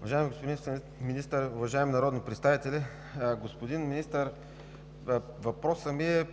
Уважаеми господин Министър, уважаеми народни представители! Господин Министър, въпросът ми е